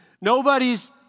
Nobody's